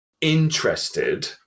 interested